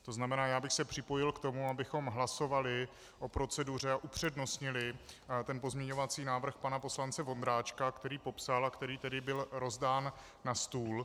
To znamená, já bych se připojil k tomu, abychom hlasovali o proceduře a upřednostnili pozměňovací návrh pana poslance Vondráčka, který popsal a který tedy byl rozdán na stůl.